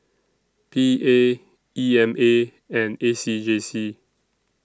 P A E M A and A C J C